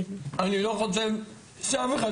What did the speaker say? אני לא חושב שאף אחד,